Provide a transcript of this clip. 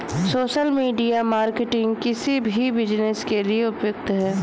social media marketing किसी भी business के लिए उपयुक्त है